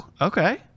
okay